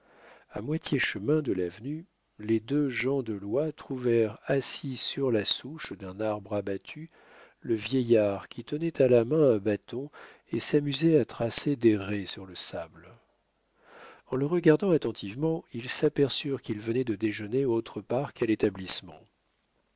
a moitié chemin de l'avenue les deux gens de loi trouvèrent assis sur la souche d'un arbre abattu le vieillard qui tenait à la main un bâton et s'amusait à tracer des raies sur le sable en le regardant attentivement ils s'aperçurent qu'il venait de déjeuner autre part qu'à l'établissement